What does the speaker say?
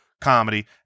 comedy